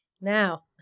now